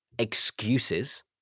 Excuses